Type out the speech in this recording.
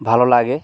ভালো লাগে